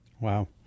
Wow